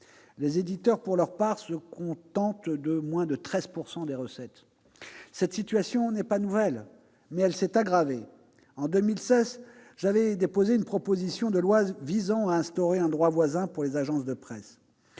Les éditeurs, pour leur part, se contentent de moins de 13 % des recettes. Cette situation n'est pas nouvelle, mais elle s'est aggravée. En 2016, j'avais déposé une proposition de loi visant à instaurer un droit voisin pour les agences de presse.